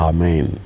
Amen